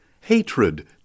hatred